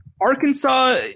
Arkansas